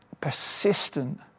persistent